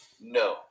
No